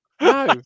No